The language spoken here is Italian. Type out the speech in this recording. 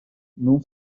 non